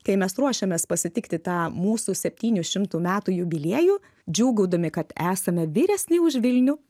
kai mes ruošiamės pasitikti tą mūsų septynių šimtų metų jubiliejų džiūgaudami kad esame vyresni už vilnių